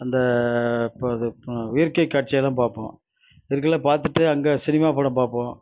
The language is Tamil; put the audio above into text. அந்த இப்ப அது இயற்கைக் காட்சியெலாம் பார்ப்போம் இதுக்கெல்லாம் பார்த்துட்டு அங்கெ சினிமா படம் பார்ப்போம்